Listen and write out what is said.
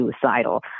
suicidal